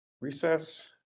Recess